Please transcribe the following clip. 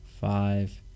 five